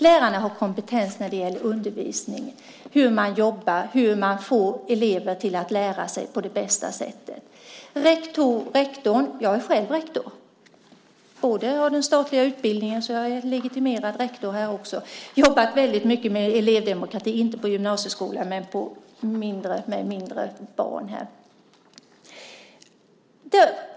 Lärarna har kompetens när det gäller undervisning, hur man jobbar, hur man får elever att lära sig på det bästa sättet. Jag är själv rektor och har den statliga utbildningen. Jag är legitimerad rektor och har jobbat väldigt mycket med elevdemokrati, inte på gymnasieskolan men med mindre barn.